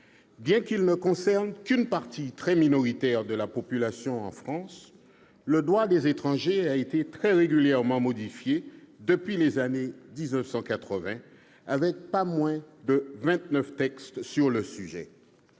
Bien qu'il ne concerne qu'une partie très minoritaire de la population en France, le droit des étrangers a été très régulièrement modifié depuis les années quatre-vingt, avec pas moins de vingt-neuf textes sur le sujet.